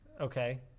Okay